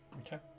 Okay